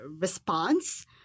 response